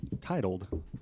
titled